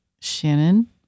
shannon